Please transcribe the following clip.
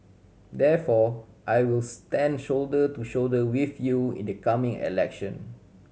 therefore I will stand shoulder to shoulder with you in the coming election